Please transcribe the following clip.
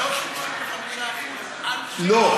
לא חדש.